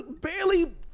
barely